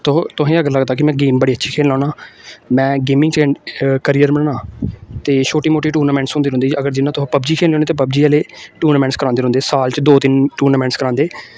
तुस तुसेंगी अगर लगदा कि में गेम बड़ी अच्छा खेलना होन्ना में गेमिंग कैरियर बना ते छोटी मोटी टूनामेंट होंदे रौंह्दी अगर जियां तुस पबजी खेलने होन्ने ते पबजी आह्ले टूर्नामैट्स करांदे रौंह्दे साल च दो तिन टूनामेंट्स करांदे